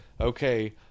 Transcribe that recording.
okay